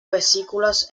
vesículas